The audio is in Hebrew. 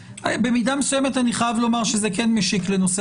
במידה מסוימת אני חייב לומר שזה כן משיק לנושא